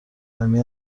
دائمی